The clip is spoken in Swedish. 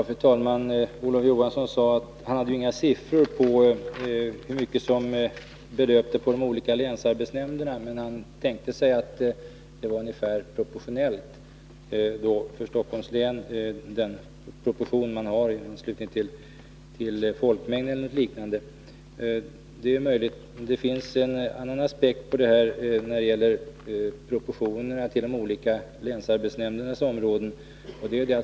Fru talman! Olof Johansson sade att han inte hade några siffror för hur mycket som belöpte sig på de olika länsarbetsnämnderna, men han tänkte sig att det för Stockholms län var ungefär proportionellt, dvs. i förhållande till folkmängden eller liknande. Det är möjligt. Det finns en annan aspekt på proportionerna när det gäller ungdomsplatser till de olika länsarbetsnämndernas områden.